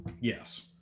Yes